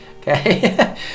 okay